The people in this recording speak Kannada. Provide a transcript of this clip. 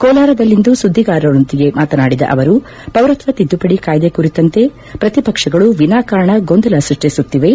ಕೋಲಾರದಲ್ಲಿಂದು ಸುದ್ದಿಗಾರರೊಂದಿಗೆ ಮಾತನಾಡಿದ ಅವರು ಪೌರತ್ವ ತಿದ್ದುಪಡಿ ಕಾಯ್ದೆ ಕುರಿತಂತೆ ಪ್ರತಿಪಕ್ಷಗಳು ವಿನಾಕಾರಣ ಗೊಂದಲ ಸೃಷ್ಷಿಸುತ್ತಿವೆ